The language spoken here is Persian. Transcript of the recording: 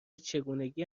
چگونگی